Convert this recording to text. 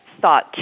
thought